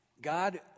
God